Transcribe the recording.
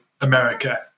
america